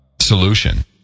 solution